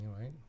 right